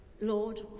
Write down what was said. Lord